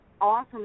awesome